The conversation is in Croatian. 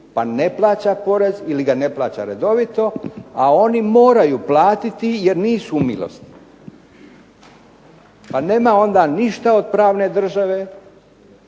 pa ne plaća porez ili ga ne plaća redovito, a oni moraju platiti jer nisu u milosti. Pa nema onda ništa od pravne države.